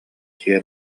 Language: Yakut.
дьиэ